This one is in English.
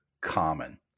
common